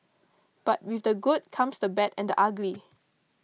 but with the good comes the bad and ugly